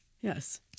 Yes